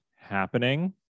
happening